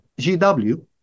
GW